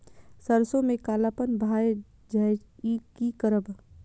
सरसों में कालापन भाय जाय इ कि करब?